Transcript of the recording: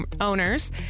owners